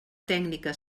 tècnica